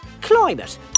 Climate